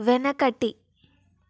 వెనకటి